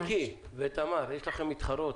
מיקי ותמר, יש לכן מתחרות.